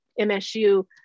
MSU